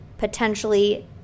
potentially